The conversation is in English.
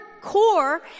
core